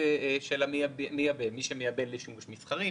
של המייבא מי שמייבא לשימוש מסחרי,